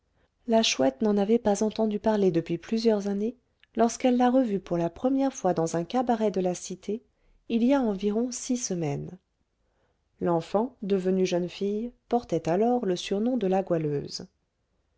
la chouette n'en avait pas entendu parler depuis plusieurs années lorsqu'elle l'a revue pour la première fois dans un cabaret de la cité il y a environ six semaines l'enfant devenue jeune fille portait alors le surnom de la goualeuse